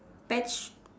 pet sh~